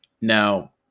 now